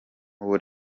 ubu